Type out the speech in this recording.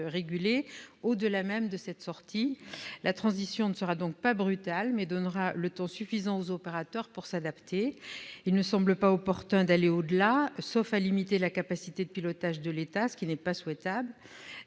régulés au-delà même de cette sortie. La transition ne sera donc pas brutale : elle donnera le temps suffisant aux opérateurs pour s'adapter. Il ne semble pas opportun d'aller au-delà, sauf à limiter la capacité de pilotage de l'État, ce qui n'est pas souhaitable.